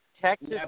Texas